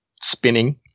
spinning